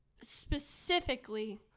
specifically